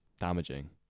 damaging